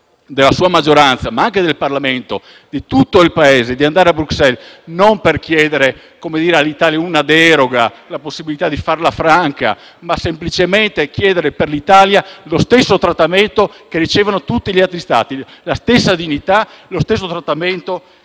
della sua maggioranza, ma anche del Parlamento e di tutto il Paese, di andare a Bruxelles non per chiedere per l'Italia una deroga, la possibilità di farla franca, ma semplicemente lo stesso trattamento che ricevono tutti gli altri Stati, la stessa dignità, la stessa